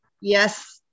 Yes